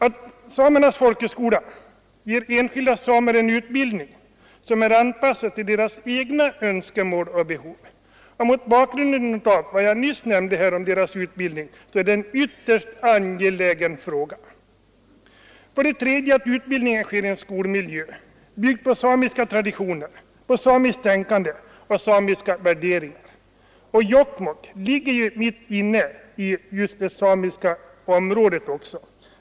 Skolan ger också enskilda samer en utbildning som är anpassad till deras egna önskemål och behov. Mot bakgrund av vad jag nyss nämnde om deras utbildningen är detta en ytterst angelägen sak. Vidare sker utbildningen i en skolmiljö byggd på samiska traditioner, samiskt tänkande och samiska värderingat. Jokkmokk ligger mitt inne i det samiska området.